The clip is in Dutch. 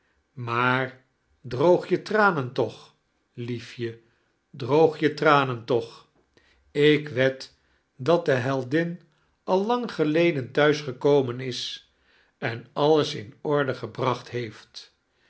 maar droog je tranen toch lief je droog je tranen toch i ik wed dat de heldin al lang geleden thuis gekomen is en alles in ord gebracht heeft